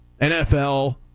nfl